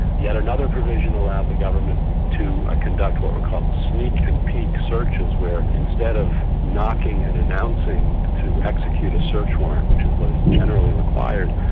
yet another provision allowed the government to ah conduct what were called sneak and peek searchers, where instead of knocking and announcing to execute a search warrant, which is what is generally required,